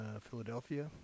Philadelphia